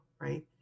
right